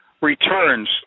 returns